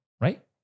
right